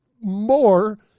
more